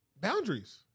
Boundaries